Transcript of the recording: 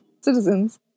citizens